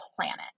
planet